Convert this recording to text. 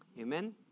Amen